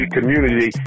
community